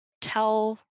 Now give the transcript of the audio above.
tell